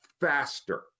faster